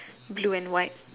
blue and white